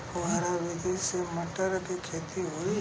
फुहरा विधि से मटर के खेती होई